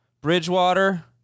Bridgewater